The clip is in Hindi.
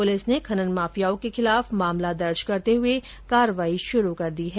पुलिस ने खनन माफियाओं के खिलाफ मामला दर्ज करते हुए कार्रवाई शुरू कर दी है